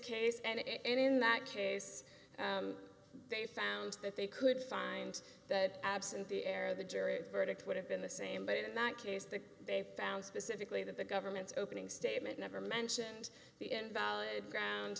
case and in that case they found that they could find that absent the air the jury verdict would have been the same but in that case that they found specifically that the government's opening statement never mentioned the invalid ground